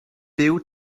byw